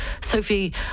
Sophie